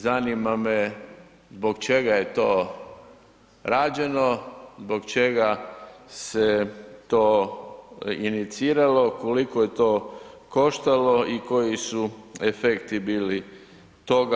Zanima me zbog čega je to rađeno, zbog čega se to iniciralo, koliko je to koštalo i koji su efekti bili toga?